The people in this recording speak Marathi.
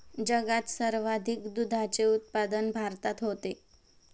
जगात सर्वाधिक दुधाचे उत्पादन भारतात आहे